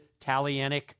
Talianic